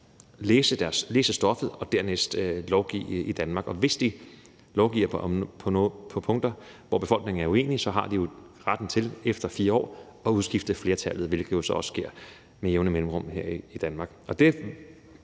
læse stoffet og dernæst lovgive i Danmark. Hvis de lovgiver på punkter, hvor befolkningen er uenig, har de retten til efter 4 år at udskifte flertallet, hvilket jo så også sker med jævne mellemrum her i Danmark.